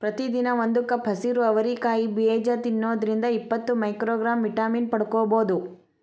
ಪ್ರತಿದಿನ ಒಂದು ಕಪ್ ಹಸಿರು ಅವರಿ ಕಾಯಿ ಬೇಜ ತಿನ್ನೋದ್ರಿಂದ ಇಪ್ಪತ್ತು ಮೈಕ್ರೋಗ್ರಾಂ ವಿಟಮಿನ್ ಪಡ್ಕೋಬೋದು